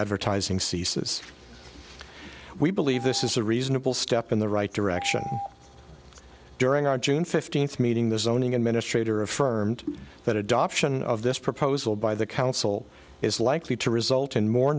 advertising ceases we believe this is a reasonable step in the right direction during our june fifteenth meeting the zoning administrator affirmed that adoption of this proposal by the council is likely to result in more